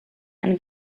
and